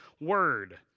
word